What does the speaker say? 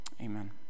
amen